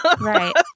Right